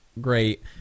great